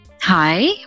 Hi